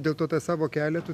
dėl to tą savo kelią tu